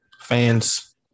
fans